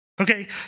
Okay